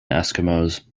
eskimos